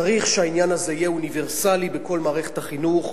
צריך שהעניין הזה יהיה אוניברסלי בכל מערכת החינוך,